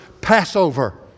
Passover